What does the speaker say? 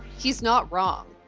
he's not wrong.